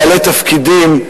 בעלי תפקידים,